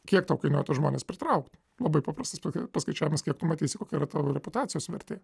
kiek tau kainuotų žmones pritraukti labai paprastas paskaičiavas kiek tu matysi kokia yra tavo reputacijos vertė